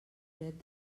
dret